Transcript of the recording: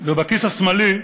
ובכיס השמאלי,